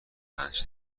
پنج